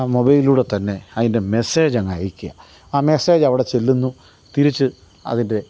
മൊബൈലിലൂടെ തന്നെ അതിൻ്റെ മെസ്സേജ് അയക്കുക ആ മെസ്സേജ് അവിടെ ചെല്ലുന്നു തിരിച്ച് അതിൻ്റെ